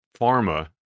pharma